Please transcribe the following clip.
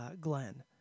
Glenn